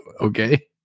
okay